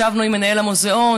ישבנו עם מנהל המוזיאון,